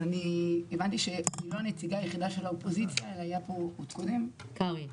אז הבנתי שאני לא הנציגה היחידה של האופוזיציה היה פה קודם שלמה קרעי.